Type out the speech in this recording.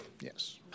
Yes